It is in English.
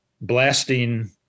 blasting